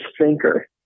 thinker